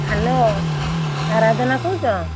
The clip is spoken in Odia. ହେଲୋ ଆରାଧନା କହୁଛ